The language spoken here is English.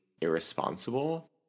irresponsible